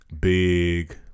big